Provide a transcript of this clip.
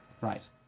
Right